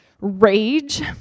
rage